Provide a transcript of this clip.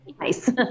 nice